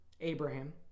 Abraham